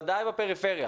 ודאי בפריפריה